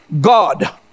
god